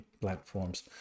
platforms